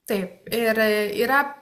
taip ir yra